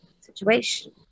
situation